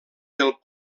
del